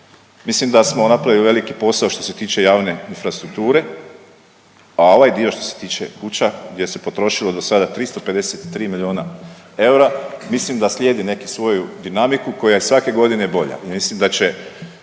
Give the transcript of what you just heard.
mislim da smo napravili veliki posao što se tiče javne infrastrukture, a ovaj dio što se tiče kuća, gdje se potrošilo do sada 353 milijuna eura, mislim da slijedi neki svoju dinamiku koja je svake godine bolja.